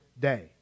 day